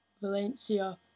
Valencia